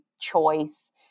choice